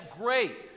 great